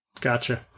Gotcha